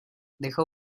dejó